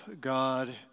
God